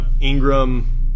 Ingram –